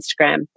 instagram